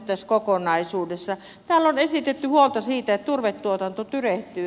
täällä on esitetty huolta siitä että turvetuotanto tyrehtyy